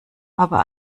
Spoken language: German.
aber